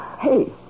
hey